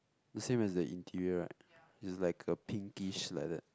the same as the interior right is like a pinkish like that